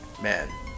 Man